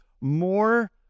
more